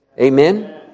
amen